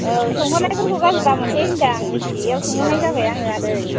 औ सोंहरनायफोरखौ गाज्रि दा मोनसै होनदों आं मिथियैयाव सोंहरनाय जाबाय आं आदै